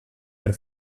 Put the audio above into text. per